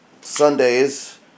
Sundays